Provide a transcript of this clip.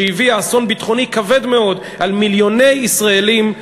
שהביאה אסון ביטחוני כבד מאוד על מיליוני ישראלים,